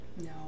No